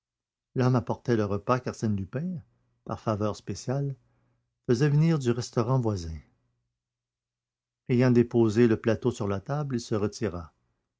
l'homme apportait le repas qu'arsène lupin par faveur spéciale faisait venir du restaurant voisin ayant déposé le plateau sur la table il se retira